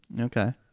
Okay